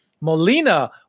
Molina